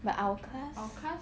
but our class